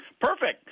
perfect